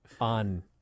on